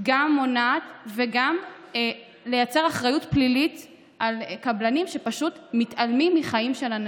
מונעת וגם לייצר אחריות פלילית על קבלנים שפשוט מתעלמים מחיים של אנשים,